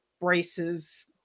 braces